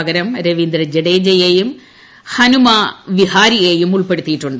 പകരം രവീന്ദ്ര ജഡേജയേയും ഹനുമ വിഹാരിയേയും ഉൾപ്പെടുത്തിയിട്ടുണ്ട്